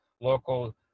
Local